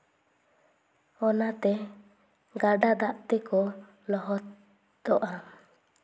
ᱚᱱᱟᱛᱮ ᱜᱟᱰᱟ ᱫᱟᱜ ᱛᱮᱠᱚ ᱞᱚᱦᱚᱫᱚᱜᱼᱟ